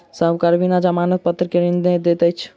साहूकार बिना जमानत पत्र के ऋण नै दैत अछि